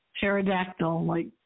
pterodactyl-like